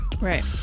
Right